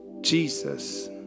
Jesus